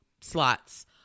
slots